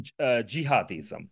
jihadism